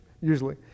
usually